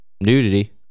nudity